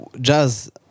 jazz